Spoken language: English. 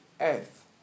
earth